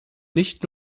nicht